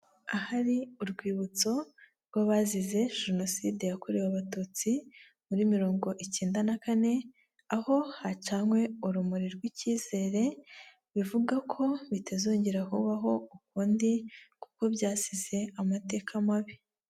Ahari urwibutso rw'abazize jenoside yakorewe abatutsi muri mirongo icyenda na kane, aho hacanwe urumuri rw' icyizere bivuga ko bitazongera kubaho ukundi kuko byasize amateka mabi.